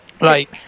right